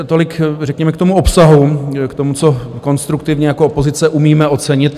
Tolik řekněme k tomu obsahu, k tomu, co konstruktivně jako opozice umíme ocenit.